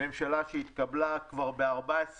ממשלה שהתקבלה כבר ב-14 במאי,